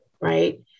right